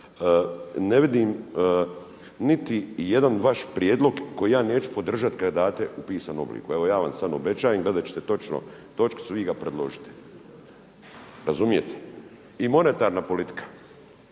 Ne vidim niti jedan vaš prijedlog koji ja neću podržati kada date u pisanom obliku. Evo ja vam sad obećavam, gledat ćete točno točkicu vi ga predložite. Razumijete? I monetarna politika